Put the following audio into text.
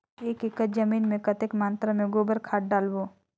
एक एकड़ जमीन मे कतेक मात्रा मे गोबर खाद डालबो?